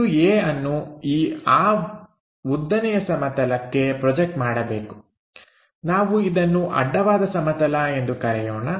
ಬಿಂದು A ಅನ್ನು ಆ ಉದ್ದನೆಯ ಸಮತಲಕ್ಕೆ ಪ್ರೊಜೆಕ್ಟ್ ಮಾಡಬೇಕು ನಾವು ಇದನ್ನು ಅಡ್ಡವಾದ ಸಮತಲ ಎಂದು ಕರೆಯೋಣ